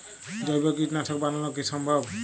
জৈব কীটনাশক বানানো কি সম্ভব?